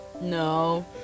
No